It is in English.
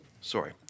sorry